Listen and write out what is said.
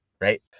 right